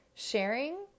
Sharing